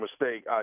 mistake